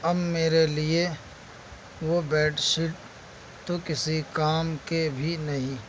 اب میرے لیے وہ بیڈ شیٹ تو کسی کام کے بھی نہیں